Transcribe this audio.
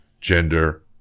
gender